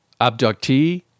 abductee